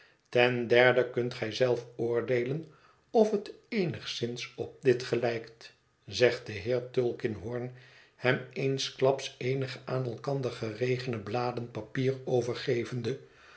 ten derde kunt gij zelf oordeelen of het eenigszins op dit gelijkt zegt de heer tulkinghorn hem eensklaps eenige aan elkander geregene bladen papier overgevende